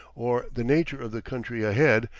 or the nature of the country ahead,